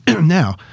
Now